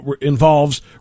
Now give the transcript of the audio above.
involves